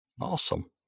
Awesome